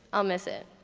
i'll miss it